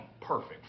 Perfect